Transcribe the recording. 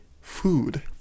Food